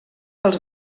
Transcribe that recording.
pels